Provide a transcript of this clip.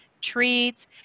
treats